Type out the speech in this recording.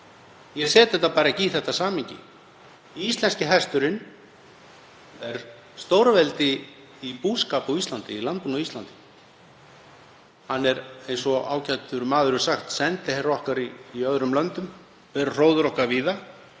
ég set þetta bara ekki í það samhengi. Íslenski hesturinn er stórveldi í búskap á Íslandi, í landbúnaði á Íslandi. Hann er, eins og ágætur maður hefur sagt, sendiherra okkar í öðrum löndum og ber hróður okkar víða.